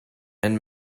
and